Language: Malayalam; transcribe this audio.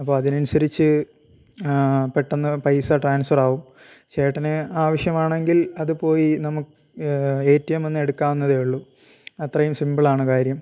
അപ്പോൾ അതിനനുസരിച്ച് പെട്ടെന്ന് പൈസ ട്രാൻസ്ഫർ ആവും ചേട്ടന് ആവശ്യമാണെങ്കിൽ അത് പോയി നമുക്ക് എ ടി എമിൽ നിന്ന് എടുക്കാവുന്നതേ ഉള്ളൂ അത്രയും സിമ്പിൾ ആണ് കാര്യം